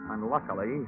Unluckily